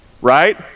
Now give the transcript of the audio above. right